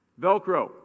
Velcro